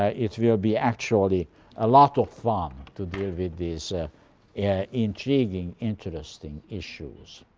ah it will be actually a lot of fun, to deal with these intriguing, interesting issues.